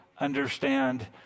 understand